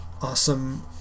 awesome